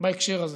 בהקשר הזה.